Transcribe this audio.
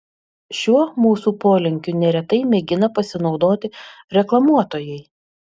šiuo mūsų polinkiu neretai mėgina pasinaudoti reklamuotojai